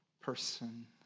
person